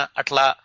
atla